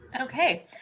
Okay